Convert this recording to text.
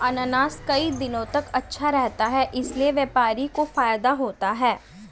अनानास कई दिनों तक अच्छा रहता है इसीलिए व्यापारी को फायदा होता है